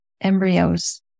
embryos